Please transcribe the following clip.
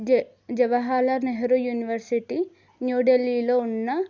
Jawaharlal Nehru university new ఢిల్లీలో ఉన్న